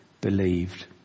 believed